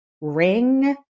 ring